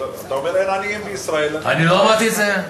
אתה אומר: אין עניים בישראל, לא אמרתי את זה.